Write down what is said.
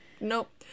Nope